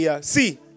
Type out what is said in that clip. See